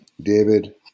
David